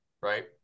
right